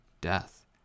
death